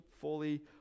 fully